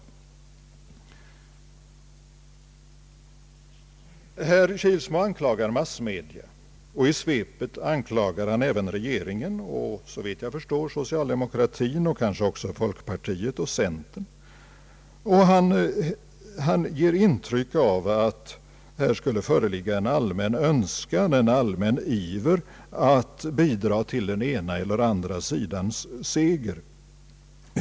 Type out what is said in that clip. Herr Kilsmo anklagar massmedia och i svepet även regeringen och såvitt jag förstår socialdemokratin och kanske också folkpartiet och centern. Han ger intryck av att här skulle föreligga en allmän önskan, en allmän iver att bidra till den ena eller andra sidans seger.